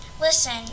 Listen